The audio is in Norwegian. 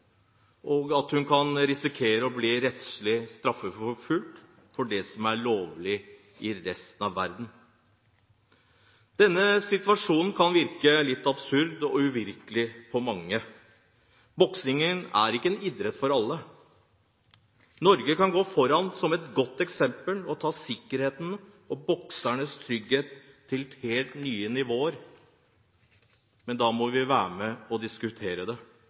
og at hun kan risikere å bli rettslig straffeforfulgt for det som er lovlig i resten av verden. Denne situasjonen kan virke litt absurd og uvirkelig på mange. Boksing er ikke en idrett for alle! Norge kan gå foran som et godt eksempel og ta sikkerheten og boksernes trygghet til helt nye nivåer, men da må vi være med å diskutere det,